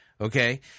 Okay